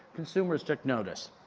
consumers took notice.